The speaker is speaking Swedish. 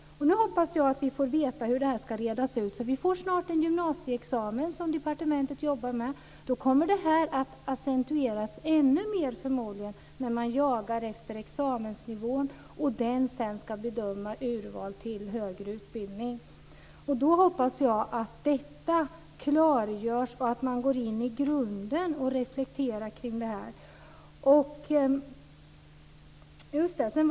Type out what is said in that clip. Nu hoppas jag att vi får veta hur detta ska redas ut, för snart införs en gymnasieexamen som departementet jobbar med. Problemet kommer förmodligen att accentueras ännu mer när man jagar efter examensnivån som sedan ska ligga till grund för bedömning och urval till högre utbildning. Därför hoppas jag att detta klargörs och att man går in och reflekterar över detta i grunden.